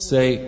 Say